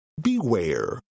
Beware